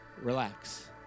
relax